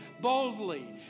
boldly